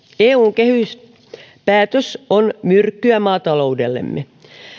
eun kehyspäätös on myrkkyä maataloudellemme